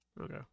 Okay